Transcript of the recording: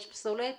יש פסולת,